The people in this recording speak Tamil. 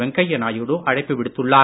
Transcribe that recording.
வெங்கையா நாயுடு அழைப்பு விடுத்துள்ளார்